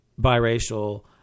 biracial